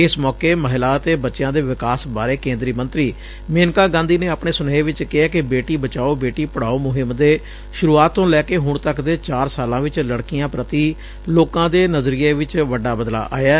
ਇਸ ਮੌਕੇ ਮਹਿਲਾ ਅਤੇ ਬੱਚਿਆਂ ਦੇ ਵਿਕਾਸ ਬਾਰੇ ਕੇ ਂਦਰੀ ਮੰਤਰੀ ਮੇਨਕਾ ਗਾਂਧੀ ਨੇ ਆਪਣੇ ਸੁਨੇਹੇ ਵਿਚ ਕਿਹੈ ਕਿ ਬੇਟੀ ਬਚਾਓ ਬੇਟੀ ਪੜਾਓ ਮੁਹਿੰਮ ਦੇ ਸੁਰੂਆਤ ਤੋਂ ਲੈ ਕੇ ਹੁਣ ਤੱਕ ਦੇ ਚਾਰ ਸਾਲਾਂ ਵਿਚ ਲੜਕੀਆਂ ਪ੍ਰਤੀ ਲੋਕਾਂ ਦੇ ਨਜ਼ਰੀਏ ਵਿਚ ਵੱਡਾ ਬਦਲਾਅ ਆਇਐ